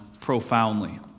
profoundly